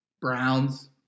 Browns